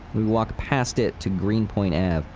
we walk past it to greenpoint and